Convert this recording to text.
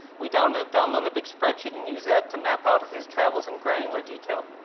we download download a big spreadsheet and used that to map out his travels in granular detail.